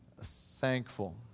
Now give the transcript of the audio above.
thankful